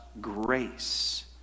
grace